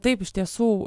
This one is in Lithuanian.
taip iš tiesų